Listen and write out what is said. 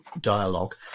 dialogue